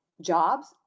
jobs